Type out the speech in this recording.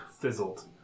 fizzled